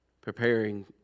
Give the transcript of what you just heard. preparing